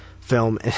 film